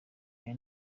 aya